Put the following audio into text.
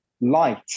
light